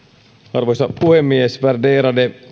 arvoisa puhemies värderade